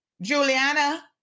Juliana